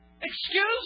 Excuse